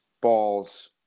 Ball's